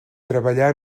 treballà